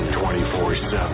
24-7